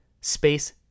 space